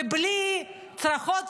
ובלי צרחות,